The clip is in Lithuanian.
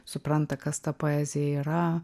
supranta kas ta poezija yra